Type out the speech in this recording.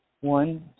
one